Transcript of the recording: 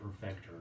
perfecter